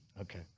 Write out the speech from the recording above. Okay